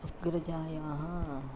अग्रजायाः